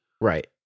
Right